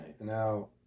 Now